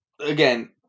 again